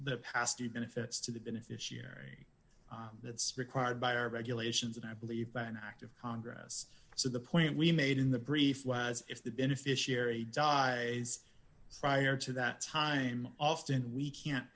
past even if it's to the beneficiary that's required by our regulations and i believe that an act of congress so the point we made in the brief was if the beneficiary dies prior to that time often we can't